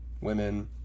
women